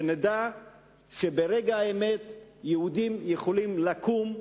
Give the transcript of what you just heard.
שנדע שברגע האמת יהודים יכולים לקום,